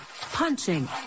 punching